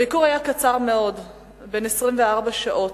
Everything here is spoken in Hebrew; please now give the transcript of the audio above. הביקור היה קצר מאוד, בן 24 שעות,